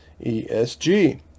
ESG